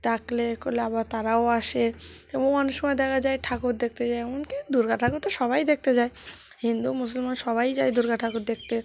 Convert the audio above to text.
ডাকলে এ করলে আবার তারাও আসে এবং অনেক সময় দেখা যায় ঠাকুর দেখতে যায় এমন কি দুর্গা ঠাকুর তো সবাই দেখতে যায় হিন্দু মুসলমান সবাই যায় দুর্গা ঠাকুর দেখতে